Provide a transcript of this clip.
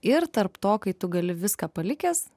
ir tarp to kai tu gali viską palikęs